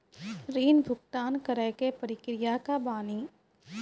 ऋण भुगतान करे के प्रक्रिया का बानी?